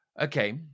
Okay